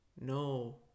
no